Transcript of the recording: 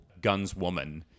gunswoman